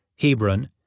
Hebron